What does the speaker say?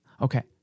Okay